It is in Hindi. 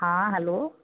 हाँ हलो